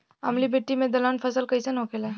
अम्लीय मिट्टी मे दलहन फसल कइसन होखेला?